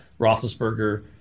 Roethlisberger